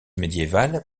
médiévale